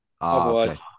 Otherwise